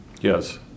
yes